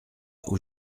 aux